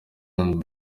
and